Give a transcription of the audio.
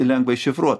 lengva iššifruot